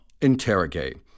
interrogate